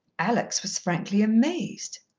alex was frankly amazed.